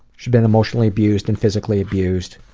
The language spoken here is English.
she's been emotionally abused and physically abused.